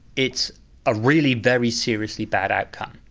it's a really very seriously bad outcome.